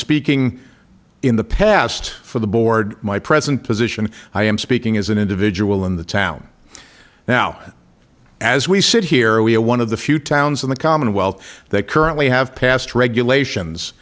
speaking in the past for the board my present position i am speaking as an individual in the town now as we sit here we are one of the few towns in the commonwealth that currently have passed regulations